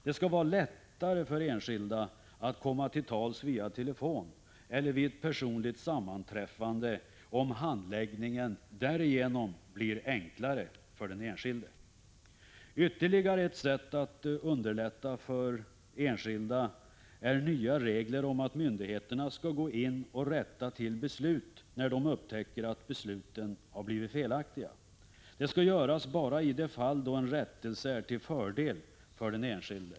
Det skall vara lättare för enskilda att komma till tals via telefon eller vid ett personligt sammanträffande, om handläggningen därigenom blir enklare för den enskilde. Ytterligare ett sätt att underlätta för enskilda är nya regler om att myndigheterna skall gå in och rätta till beslut när de upptäcker att besluten har blivit felaktiga. Det skall göras bara i de fall då en rättelse är till fördel för den enskilde.